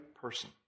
person